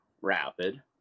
rapid